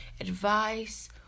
advice